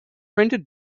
printed